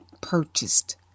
purchased